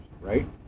right